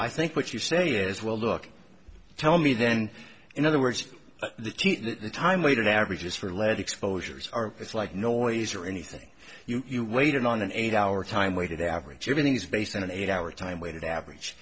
i think what you say is well look tell me then in other words the time later the averages for lead exposures are it's like noise or anything you weighed in on an eight hour time weighted average everything is based on an eight hour time weighted average